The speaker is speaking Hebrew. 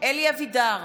אלי אבידר,